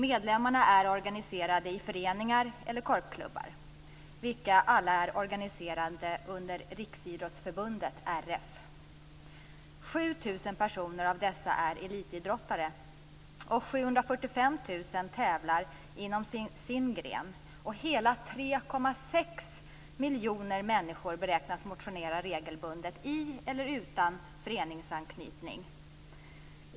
Medlemmarna är organiserade i föreningar eller korpklubbar, vilka samtliga är organiserade under Riksidrottsförbundet, RF. 7 000 av dessa är elitidrottare. 745 000 tävlar inom sin gren. Och hela 3,6 miljoner människor beräknas motionera regelbundet med eller utan föreningsanknytning.